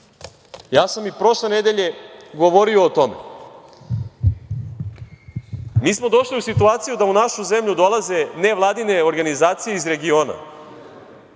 ja sam i prošle nedelje govorio o tome, mi smo došli u situaciju da u našu zemlju dolaze nevladine organizacije iz regiona,